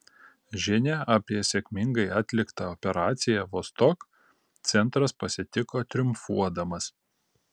žinią apie sėkmingai atliktą operaciją vostok centras pasitiko triumfuodamas